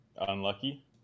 Unlucky